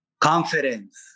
Confidence